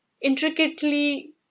intricately